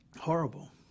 Horrible